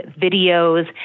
videos